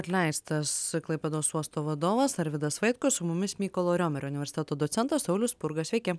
atleistas klaipėdos uosto vadovas arvydas vaitkus su mumis mykolo riomerio universiteto docentas saulius spurga sveiki